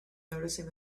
noticing